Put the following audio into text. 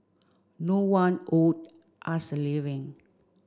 no one owed us a living